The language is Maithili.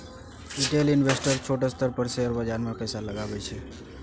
रिटेल इंवेस्टर छोट स्तर पर शेयर बाजार मे पैसा लगबै छै